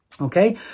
Okay